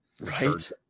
Right